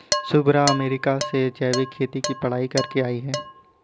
Shubhra America से जैविक खेती की पढ़ाई करके आई है